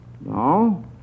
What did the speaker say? No